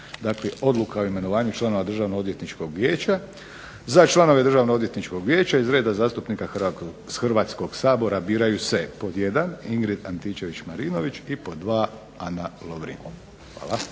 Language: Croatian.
Dakle, odluka o imenovanju članova Državnoodvjetničkog vijeća: "Za članove Državnoodvjetničkog vijeća iz reda zastupnika Hrvatskog sabora biraju se 1. Ingrid Antičević Marinović i 2. Ana Lovrin". Hvala.